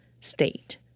state